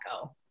go